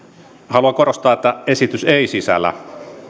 haluan korostaa että esitys ei sisällä